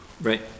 Right